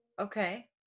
Okay